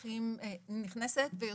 שהיא נכנסת ויוצאת,